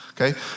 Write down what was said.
Okay